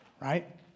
right